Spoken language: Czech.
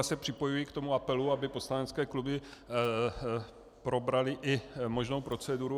Já se připojuji k tomu apelu, aby poslanecké kluby probraly i možnou proceduru.